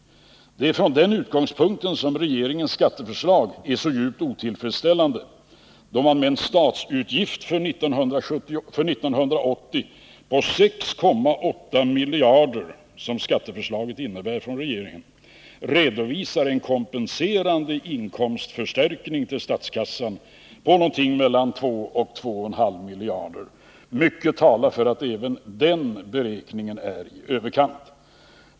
Det är från den utgångspunkten som regeringens skatteförslag är så djupt otillfredsställande, då man med extra statsutgifter för 1980 på 6,8 miljarder kronor, som skatteförslaget från regeringen innebär, redovisar en kompenserande inkomstförstärkning till statskassan på 2 å 2,5 miljarder. Mycket talar för att även den beräkningen är tilltagen i överkant.